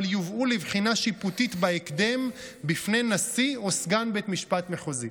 אבל יובאו לבחינה שיפוטית בהקדם בפני נשיא או סגן בית משפט מחוזי.